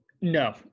No